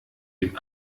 dem